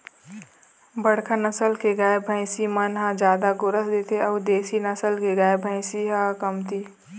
बड़का नसल के गाय, भइसी मन ह जादा गोरस देथे अउ देसी नसल के गाय, भइसी ह कमती